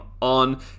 on